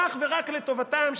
אך ורק לטובתם,